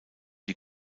die